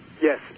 Yes